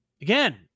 Again